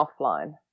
offline